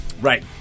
Right